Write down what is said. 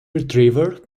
retriever